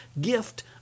gift